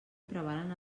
prevalen